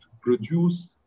produce